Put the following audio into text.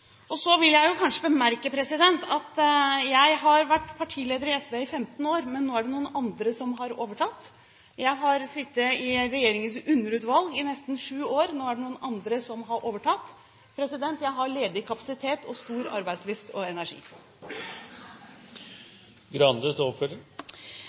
Så vil jeg jo bemerke at jeg har vært partileder i SV i 15 år, men nå er det noen andre som har overtatt. Jeg har sittet i regjeringens underutvalg i nesten sju år, nå er det noen andre som har overtatt. Jeg har ledig kapasitet og stor arbeidslyst og energi.